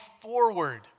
forward